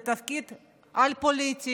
זה תפקיד א-פוליטי.